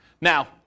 Now